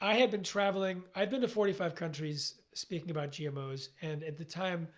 i had been traveling. i've been to forty five countries speaking about gmos and at the time